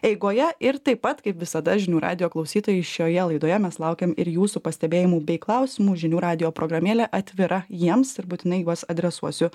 eigoje ir taip pat kaip visada žinių radijo klausytojai šioje laidoje mes laukiam ir jūsų pastebėjimų bei klausimų žinių radijo programėlė atvira jiems ir būtinai juos adresuosiu